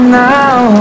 now